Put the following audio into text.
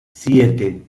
siete